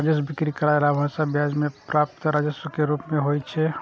राजस्व बिक्री, किराया, लाभांश आ ब्याज सं प्राप्त राजस्व के रूप मे होइ छै